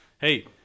Hey